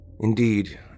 Indeed